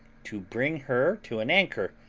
to bring her to an anchor,